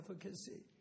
efficacy